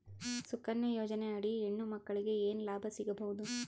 ಸುಕನ್ಯಾ ಯೋಜನೆ ಅಡಿ ಹೆಣ್ಣು ಮಕ್ಕಳಿಗೆ ಏನ ಲಾಭ ಸಿಗಬಹುದು?